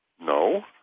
no